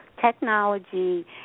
Technology